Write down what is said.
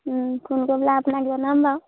phone কৰি পেলাই আপোনাক জনাম বাৰু